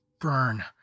burn